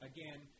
Again